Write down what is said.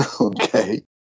okay